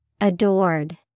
Adored